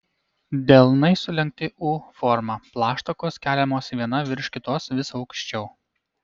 delnai sulenkti u forma plaštakos keliamos viena virš kitos vis aukščiau